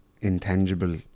intangible